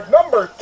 Number